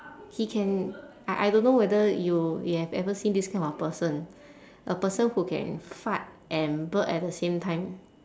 he can I I don't know whether you you have ever seen this kind of person a person who can fart and burp at the same time